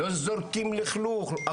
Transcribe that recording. לא זורקים לכלוך,